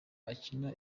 akina